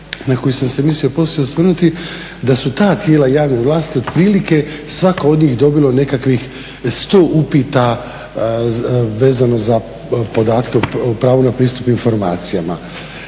na koju sam se mislio poslije osvrnuti da su ta tijela javne vlasti otprilike svaka od njih dobilo nekakvih 100 upita vezano za podatke o pravu na pristup informacijama.